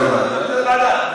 להעביר לוועדה.